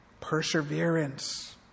Perseverance